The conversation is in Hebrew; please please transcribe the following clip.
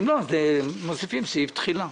אם לא, מוסיפים סעיף תחילה.